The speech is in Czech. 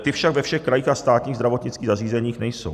Ty však ve všech krajích a státních zdravotnických zařízeních nejsou.